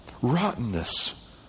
Rottenness